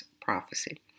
prophecy